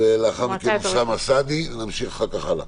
לאחר מכן אוסאמה סעדי, ונמשיך אחר כך הלאה.